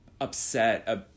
upset